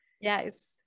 Yes